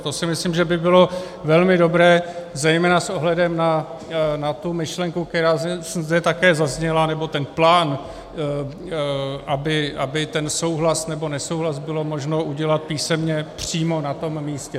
To si myslím, že by bylo velmi dobré zejména s ohledem na tu myšlenku, která zde také zazněla, nebo ten plán, aby souhlas nebo nesouhlas bylo možno udělat písemně přímo na tom místě.